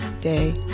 day